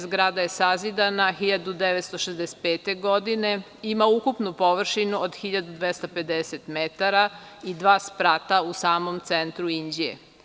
Zgrada je sazidana 1965. godine i ima ukupno površinu od 1.250 metara i dva sprata u samom centru Inđije.